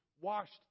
washed